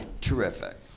Terrific